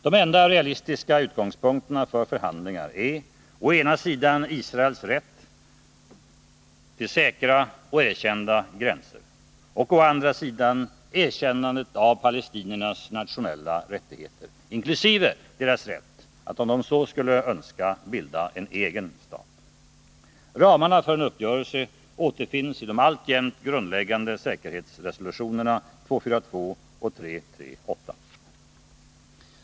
De enda realistiska utgångspunkterna för förhandlingar är å ena sidan Israels rätt till säkra och erkända gränser, å andra sidan erkännandet av palestiniernas nationella rättigheter, inkl. deras rätt att om de så skulle önska bilda en egen stat. Ramarna för en uppgörelse återfinns i de alltjämt grundläggande säkerhetsrådsresolutionerna 242 och 338.